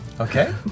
Okay